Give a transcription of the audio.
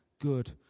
good